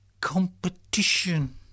competition